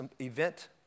event